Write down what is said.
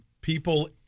people